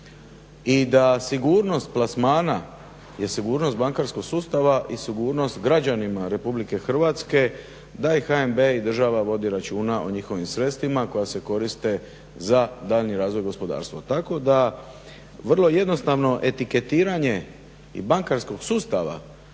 i da sigurnost plasmana je sigurnost bankarskog sustava i sigurnost građanima RH da i HNB i država vodi računa o njihovim sredstvima koja se koriste za daljnji razvoj gospodarstva. Tako da vrlo jednostavno etiketiranje i bankarskog sustava